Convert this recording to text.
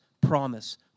Promise